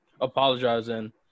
apologizing